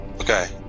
Okay